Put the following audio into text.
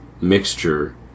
mixture